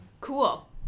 Cool